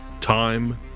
time